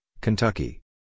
Kentucky